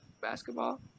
basketball